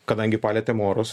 kadangi palietėm orus